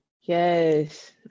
yes